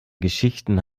geschichten